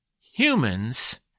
humans